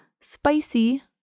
spicy